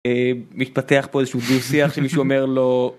מתפתח פה איזשהו דו שיח שמישהו אומר לו.